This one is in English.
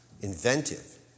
inventive